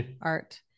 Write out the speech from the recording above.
art